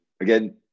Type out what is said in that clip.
again